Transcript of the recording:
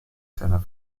seiner